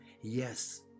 Yes